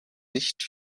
nicht